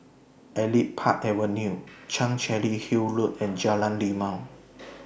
Elite Park Avenue Chancery Hill Road and Jalan Rimau